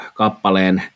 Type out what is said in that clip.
kappaleen